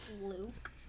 Luke